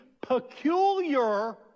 peculiar